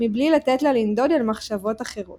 מבלי לתת לה לנדוד אל מחשבות אחרות.